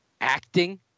acting